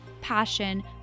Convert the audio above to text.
passion